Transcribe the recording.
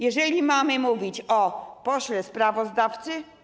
Jeżeli mamy mówić o pośle sprawozdawcy.